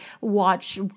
watch